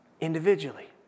individually